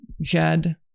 jed